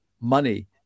money